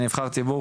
אני נבחר ציבור,